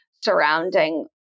surrounding